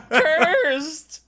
cursed